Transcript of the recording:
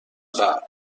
قبل